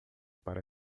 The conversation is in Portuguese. para